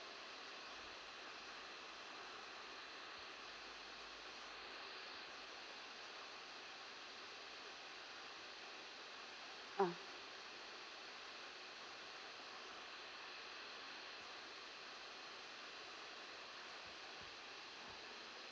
ah